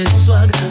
swag